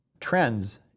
trends